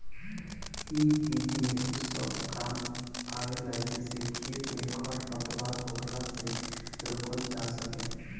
इ विधि में उ सब काम आवेला जेसे खेत में खरपतवार होखला से रोकल जा सके